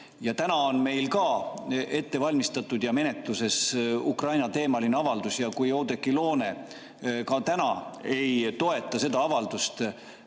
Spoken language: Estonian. Täna on meil ka ette valmistatud ja menetluses Ukraina-teemaline avaldus. Kui Oudekki Loone ka täna ei toeta seda avaldust,